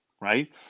right